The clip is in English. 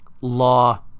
Law